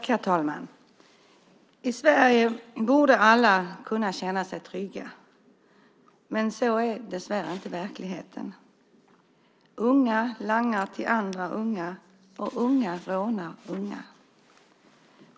Herr talman! I Sverige borde alla kunna känna sig trygga. Men så ser dessvärre inte verkligheten ut. Unga langar till andra unga, och unga rånar unga.